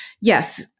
yes